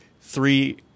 three